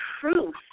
truth